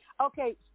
Okay